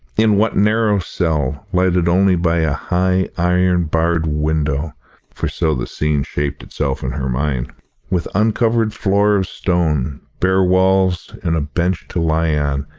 in what narrow cell, lighted only by a high, iron-barred window for so the scene shaped itself in her mind with uncovered floor of stone, bare walls and a bench to lie on,